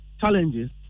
challenges